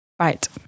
Right